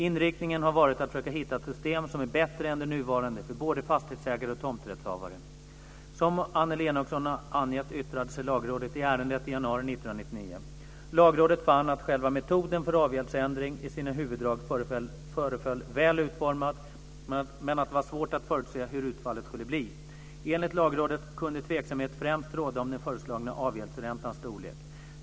Inriktningen har varit att försöka hitta ett system som är bättre än det nuvarande för både fastighetsägare och tomträttshavare. Som Annelie Enochson har angett yttrade sig Lagrådet i ärendet i januari 1999. Lagrådet fann att själva metoden för avgäldsändring i sina huvuddrag föreföll väl utformad men att det var svårt att förutsäga hur utfallet skulle bli. Enligt Lagrådet kunde tveksamhet främst råda om den föreslagna avgäldsräntans storlek.